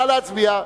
נא להצביע.